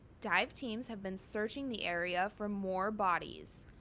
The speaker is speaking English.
dive teams have been searching the area for more bodies.